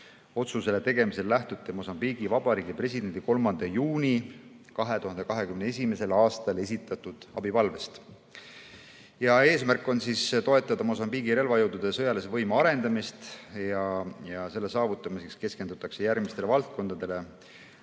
Otsuse tegemisel lähtuti Mosambiigi Vabariigi presidendi 3. juunil 2021. aastal esitatud abipalvest. Eesmärk on toetada Mosambiigi relvajõudude sõjalise võime arendamist ja selle saavutamiseks keskendutakse järgmistele valdkondadele: